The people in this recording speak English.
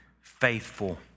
faithful